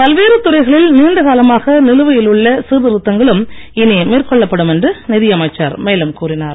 பல்வேறு துறைகளில் நீண்டகாலமாக நிலுவையில் உள்ள சீர்திருத்தங்களும் இனி மேற்கொள்ளப்படும் என்று நிதியமைச்சர் மேலும் கூறினார்